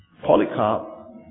Polycarp